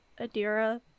Adira